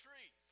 Tree